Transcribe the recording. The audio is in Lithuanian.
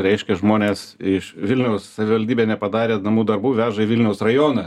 reiškia žmonės iš vilniaus savivaldybė nepadarė namų darbų veža į vilniaus rajoną